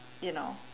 you know